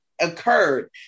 occurred